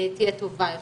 תהיה טובה יותר.